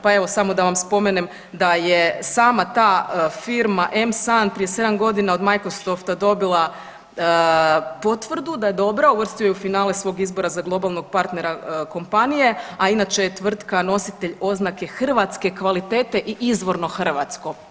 Pa evo samo da vam spomenem da je sama ta firma M SAN prije 7 godina od Microsofta dobila potvrdu da je dobra, uvrstio ju u finale svog izbora za globalnog partnera kompanije, a inače je tvrtka nositelj oznake hrvatske kvalitete i izvorno hrvatsko.